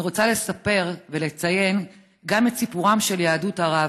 רוצה לספר ולציין גם את סיפורה של יהדות ערב,